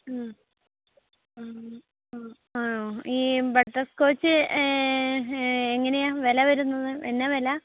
മ്മ് മ്മ് ആ ഈ ബട്ടർ സ്കോച്ച് എങ്ങനെയാണ് വില വരുന്നത് എന്നാ വില